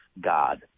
God